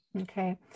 okay